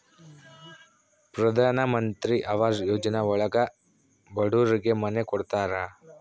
ಪ್ರಧನಮಂತ್ರಿ ಆವಾಸ್ ಯೋಜನೆ ಒಳಗ ಬಡೂರಿಗೆ ಮನೆ ಕೊಡ್ತಾರ